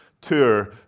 tour